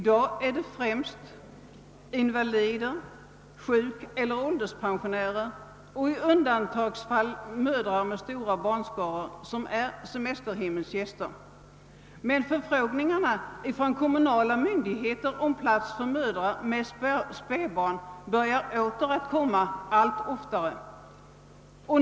Nu är det främst invalider, sjukeller ålderspensionärer och i undantagsfall mödrar med stor barnaskara som är semesterhemmens gäster, Förfrågningar från kommunala myndigheter om platser för mödrar med spädbarn göres emellertid åter allt oftare.